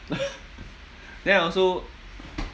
then I also